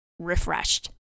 refreshed